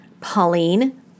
Pauline